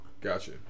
Gotcha